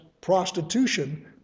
prostitution